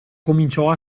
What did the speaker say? cominciò